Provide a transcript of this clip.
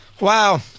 Wow